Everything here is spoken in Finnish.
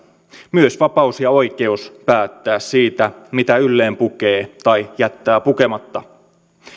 myös vapaus ja oikeus päättää siitä mitä ylleen pukee tai jättää pukematta